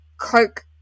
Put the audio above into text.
Coke –